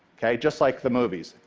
okay, just like the movies.